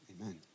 Amen